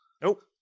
Nope